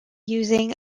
using